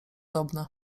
dobne